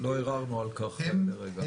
לא ערערנו על כך לרגע.